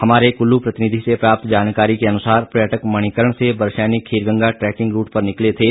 हमारे कुल्लू प्रतिनिधि से प्राप्त जानकारी के अनुसार पर्यटक मणिकर्ण से बरशेनी खीरगंगा ट्रेकिंग रूट पर निकले थे